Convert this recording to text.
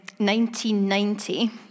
1990